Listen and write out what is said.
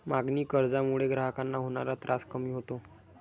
मागणी कर्जामुळे ग्राहकांना होणारा त्रास कमी होतो